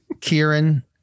Kieran